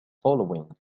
following